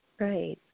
Right